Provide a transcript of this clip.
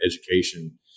education